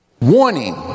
Warning